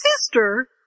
sister